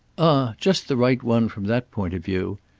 ah just the right one from that point of view!